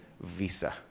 visa